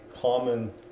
common